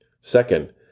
Second